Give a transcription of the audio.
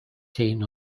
seen